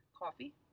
Coffee